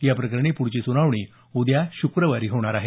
या प्रकरणी पुढची सुनावणी उद्या शुक्रवारी होणार आहे